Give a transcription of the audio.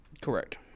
correct